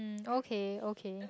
um okay okay